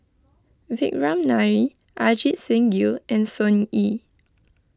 Vikram Nair Ajit Singh Gill and Sun Yee